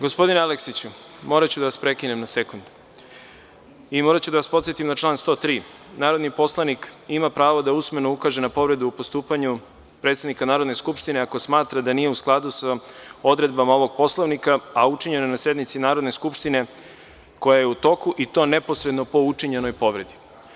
Gospodine Aleksiću, moraću da vas prekinem na sekund i moraću da vas podsetim na član 103. – narodni poslanik ima pravo da usmeno ukaže na povredu u postupanju predsednika Narodne skupštine ako smatra da nije u skladu sa odredbama ovog Poslovnika, a učinjeno je na sednici Narodne skupštine koja je u toku, i to neposredno po učinjenoj povredi.